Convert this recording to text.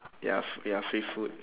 ya ya free food